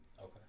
Okay